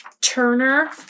Turner